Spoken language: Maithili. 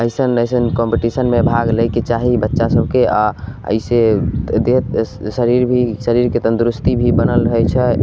अइसन अइसन कम्पटिशनमे भाग लैके चाही बच्चा सभके अऽ अइसँ देह शरीर भी शरीरके तन्दुरुस्ती भी बनल रहय छै